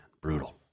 brutal